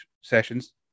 sessions